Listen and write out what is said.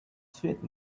suit